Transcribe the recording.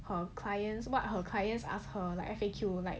err clients what her clients ask her like F_A_Q like